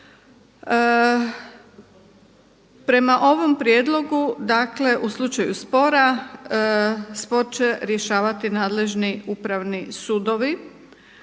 Prema ovom prijedlogu, dakle u slučaju spora spor će rješavati nadležni upravni sudovi.